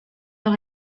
los